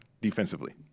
defensively